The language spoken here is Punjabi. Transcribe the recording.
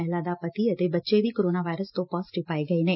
ਮਹਿਲਾ ਦਾ ਪਤੀ ਅਤੇ ਬੱਚੇ ਵੀ ਕੋਰੋਨਾ ਵਾਇਰਸ ਤੋਂ ਪਾਜ਼ੇਟਿਵ ਪਾਏ ਗਏ ਨੇ